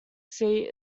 seat